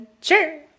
Sure